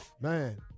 Man